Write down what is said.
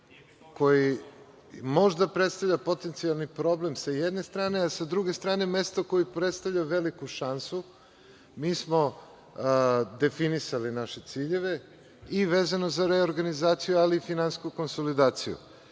koje možda predstavlja potencijalni problem, sa jedne strane, a sa druge strane mesto koje predstavlja veliku šansu, definisali naše ciljeve i vezano za reorganizaciju, ali i finansijsku konsolidaciju.